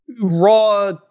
raw